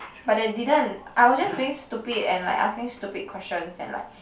but they didn't I was just being stupid and like asking stupid questions and like